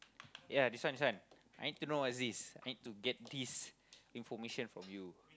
yeah this one this one I need to know what's this I need to get this information from you